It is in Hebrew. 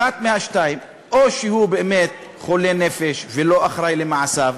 אחת מהשתיים: או שהוא באמת חולה נפש ולא אחראי למעשיו,